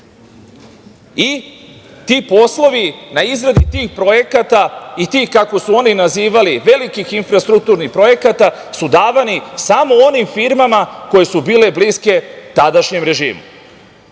i ti poslovi na izradu tih projekata i tih, kako su oni nazivali, velikih infrastrukturnih projekata, su davani samo onim firmama koje su bile bliske tadašnjem režimu. Jedan